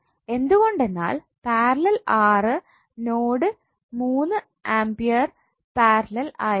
എന്തുകൊണ്ടെന്നാൽ parallel R node 3 അമ്പയർ parallel ആയത്കൊണ്ട്